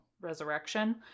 resurrection